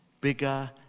bigger